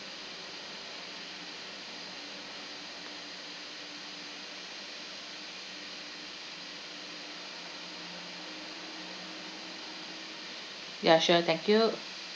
ya sure thank you